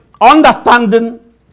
understanding